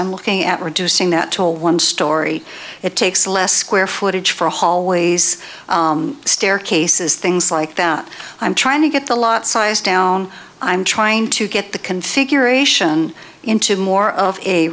i'm looking at reducing that to a one story it takes less square footage for hallways staircases things like that i'm trying to get the lot size down i'm trying to get the configuration into more of a